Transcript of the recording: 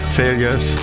failures